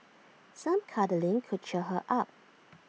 some cuddling could cheer her up